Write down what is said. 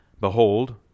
Behold